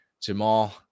Jamal